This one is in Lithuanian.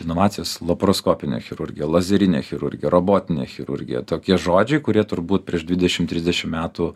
inovacijos laparoskopinė chirurgija lazerinė chirurgija robotinė chirurgija tokie žodžiai kurie turbūt prieš dvidešimt trisdešimt metų